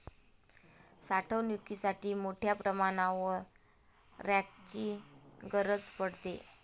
साठवणुकीसाठी मोठ्या प्रमाणावर रॅकची गरज पडते